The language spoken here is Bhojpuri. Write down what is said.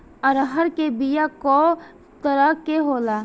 अरहर के बिया कौ तरह के होला?